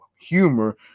humor